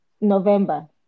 November